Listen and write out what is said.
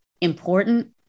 important